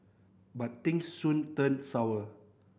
but things soon turned sour